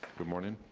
good morning.